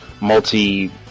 multi